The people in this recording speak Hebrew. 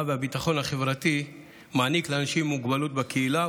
והביטחון החברתי מעניק לאנשים עם מוגבלות בקהילה,